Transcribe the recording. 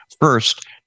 First